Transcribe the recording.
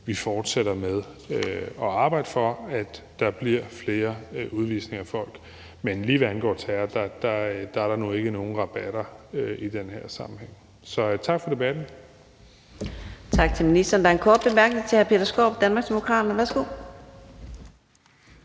vi fortsætter med at arbejde for, at der bliver flere udvisninger af folk. Men lige hvad angår terror, er der nu ikke nogen rabatter i den her sammenhæng. Så tak for debatten. Kl. 17:07 Fjerde næstformand (Karina Adsbøl): Tak til ministeren. Der er en kort bemærkning. Hr. Peter Skaarup, Danmarksdemokraterne. Værsgo.